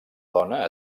dona